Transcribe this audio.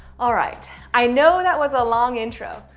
alright. i know that was a long intro.